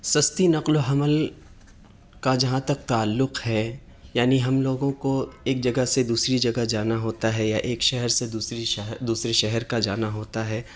سستی نقل و حمل کا جہاں تک تعلق ہے یعنی ہم لوگوں کو ایک جگہ سے دوسری جگہ جانا ہوتا ہے یا ایک شہر سے دوسری شہر دوسرے شہر کا جانا ہوتا ہے